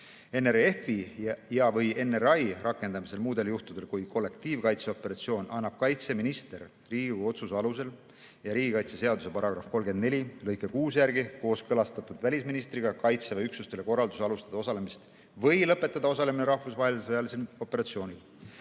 ja/või NRI rakendamisel muudel juhtudel kui kollektiivkaitseoperatsioon annab kaitseminister Riigikogu otsuse alusel ja riigikaitseseaduse § 34 lõike 6 järgi kooskõlastatult välisministriga Kaitseväe üksusele korralduse alustada osalemist või lõpetada osalemine rahvusvahelisel sõjalisel operatsioonil.